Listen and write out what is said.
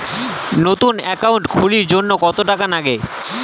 নতুন একাউন্ট খুলির জন্যে কত টাকা নাগে?